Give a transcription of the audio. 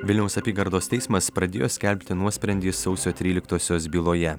vilniaus apygardos teismas pradėjo skelbti nuosprendį sausio tryliktosios byloje